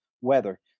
weather